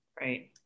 Right